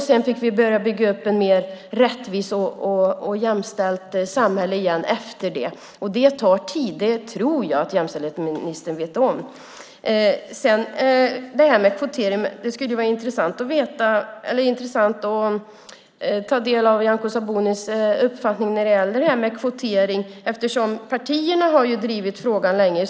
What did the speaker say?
Sedan fick vi börja bygga upp ett mer rättvist och jämställt samhälle igen efter det. Det tar tid. Det tror jag att jämställdhetsministern vet om. Det skulle vara intressant att ta del av Nyamko Sabunis uppfattning när det gäller kvotering. Partierna har ju drivit frågan länge.